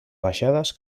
baixades